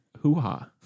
hoo-ha